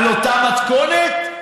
באותה מתכונת?